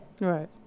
Right